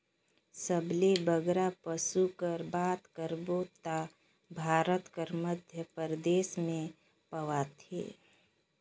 सबले बगरा पसु कर बात करबे ता भारत कर मध्यपरदेस में पवाथें